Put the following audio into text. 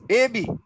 Baby